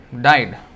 died